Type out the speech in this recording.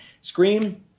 Scream